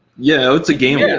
yeah. it's a gamble.